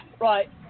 right